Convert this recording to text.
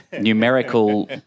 numerical